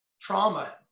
trauma